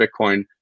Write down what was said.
bitcoin